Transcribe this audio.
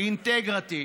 אינטגריטי